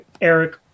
Eric